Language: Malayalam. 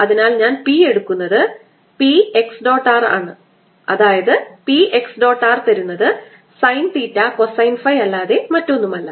അതിനാൽ ഞാൻ P എടുക്കുന്നത് P x dot r ആണ് അതായത് P x dot r തരുന്നത് സൈൻ തീറ്റ കൊസൈൻ ഫൈ അല്ലാതെ മറ്റൊന്നുമല്ല